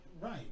Right